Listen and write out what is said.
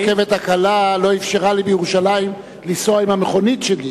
הרכבת הקלה לא אפשרה לי בירושלים לנסוע עם המכונית שלי.